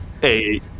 Hey